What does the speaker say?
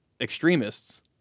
extremists